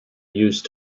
used